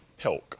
Pilk